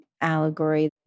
allegory